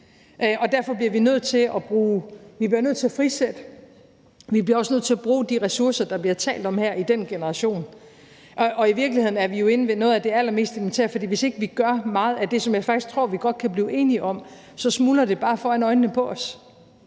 derfor bliver vi nødt til af frisætte, og vi bliver også nødt til at bruge de ressourcer, der bliver talt om her, i den generation. Og i virkeligheden er vi jo inde ved noget af det allermest elementære, for hvis ikke vi gør meget af det, som jeg faktisk tror vi godt kan blive enige om, så smuldrer det bare foran øjnene på os.